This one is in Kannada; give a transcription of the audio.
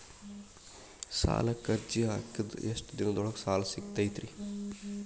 ಸಾಲಕ್ಕ ಅರ್ಜಿ ಹಾಕಿದ್ ಎಷ್ಟ ದಿನದೊಳಗ ಸಾಲ ಸಿಗತೈತ್ರಿ?